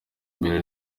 mbere